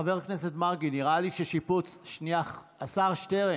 חבר הכנסת מרגי, נראה לי ששיפוץ, שנייה, השר שטרן.